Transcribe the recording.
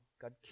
God